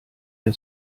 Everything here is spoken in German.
der